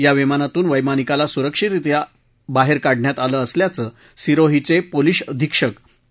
या विमानातून वप्पनिकाला सुरक्षितरित्या बाहेर काढण्यात आलं असल्याचं सिरोहीचे पोलीस अधीक्षक के